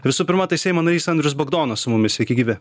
visų pirma tai seimo narys andrius bagdonas su mumis sveiki gyvi